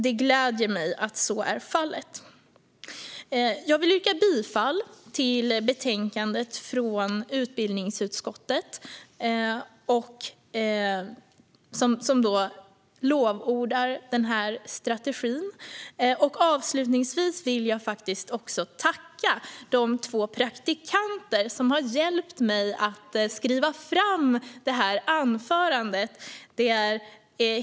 Det gläder mig att så är fallet. Avslutningsvis vill jag tacka de två praktikanter som har hjälpt mig att skriva fram det här anförandet.